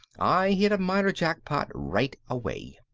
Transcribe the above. i hit a minor jackpot right away.